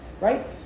right